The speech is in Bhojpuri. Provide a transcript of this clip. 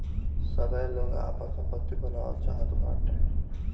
सबै लोग आपन सम्पत्ति बनाए चाहत बाटे